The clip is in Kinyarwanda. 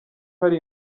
hari